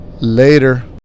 later